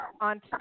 on